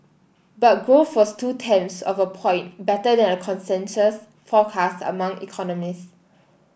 but growth was two tenths of a point better than a consensus forecast among economists